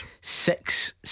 six